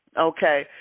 okay